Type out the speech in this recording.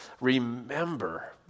remember